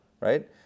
right